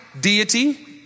deity